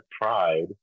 Pride